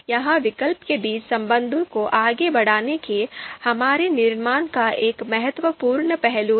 यह विकल्प के बीच संबंधों को आगे बढ़ाने के हमारे निर्माण का एक महत्वपूर्ण पहलू है